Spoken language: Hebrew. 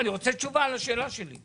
אני רוצה תשובה לשאלה שלי.